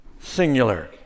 singular